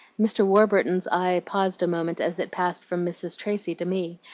mr. warburton's eye paused a moment as it passed from mrs. tracy to me,